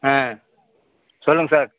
ஆ சொல்லுங்க சார்